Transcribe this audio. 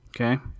Okay